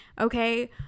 okay